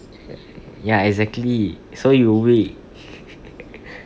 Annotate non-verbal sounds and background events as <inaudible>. ya exactly so you weak <laughs>